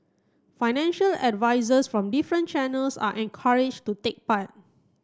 financial advisers from different channels are encouraged to take part